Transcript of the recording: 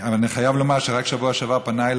אבל אני חייב לומר שרק בשבוע שעבר פנה אליי